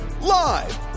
live